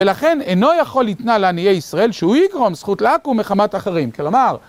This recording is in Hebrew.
ולכן אינו יכול לתנא לעניי ישראל שהוא יקרום זכות לעקום מחמת אחרים, כלומר...